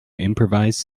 improvise